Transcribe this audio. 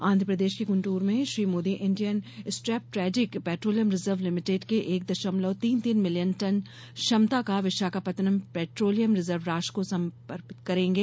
आंध्र प्रदेश के गुंदूर में Shri Modi Indian strategic petroleum reserve limited के एक दशमलव तीन तीन मिलियन टन क्षमता का विशाखापत्तरनम पेट्रोलियम रिजर्व राष्ट्र को समर्पित करेंगे